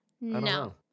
No